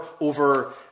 over